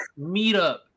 meetup